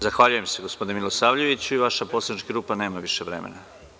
Zahvaljujem gospodine Milisavljeviću, i vaša poslanička grupa nema više vremena.